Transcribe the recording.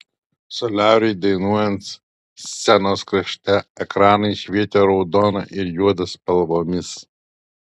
soliariui dainuojant scenos krašte ekranai švietė raudona ir juoda spalvomis